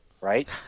right